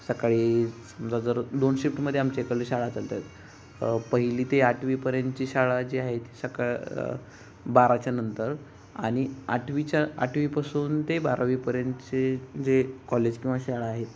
सकाळी समजा जर दोन शिफ्टमध्ये आमच्या इकडल्या शाळा चालतात पहिली ते आठवीपर्यंतची शाळा जी आहे ती सका बाराच्या नंतर आणि आठवीच्या आठवीपासून ते बारावीपर्यंतचे जे कॉलेज किंवा शाळा आहेत